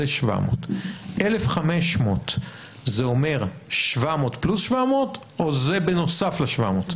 זה 700. 1,500 זה אומר 700 פלוס 700 או זה בנוסף ל-700?